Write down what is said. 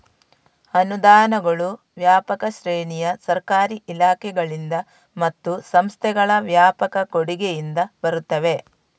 ಅನುದಾನಗಳು ವ್ಯಾಪಕ ಶ್ರೇಣಿಯ ಸರ್ಕಾರಿ ಇಲಾಖೆಗಳಿಂದ ಮತ್ತು ಸಂಸ್ಥೆಗಳ ವ್ಯಾಪಕ ಕೊಡುಗೆಯಿಂದ ಬರುತ್ತವೆ